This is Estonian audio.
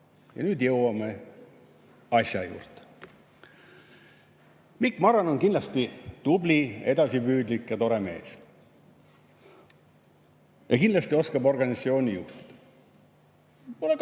Ja nüüd jõuame asja juurde. Mikk Marran on kindlasti tubli, edasipüüdlik ja tore mees. Kindlasti oskab organisatsiooni juhtida.